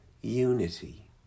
unity